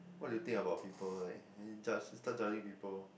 what do you think about people like judge start judging people